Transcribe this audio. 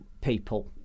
people